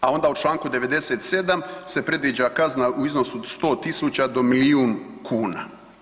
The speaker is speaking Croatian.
A onda u Članku 97. se predviđa kazna u iznosu od 100.000 do milijun kuna.